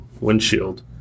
windshield